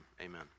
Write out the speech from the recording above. amen